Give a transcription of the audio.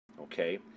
Okay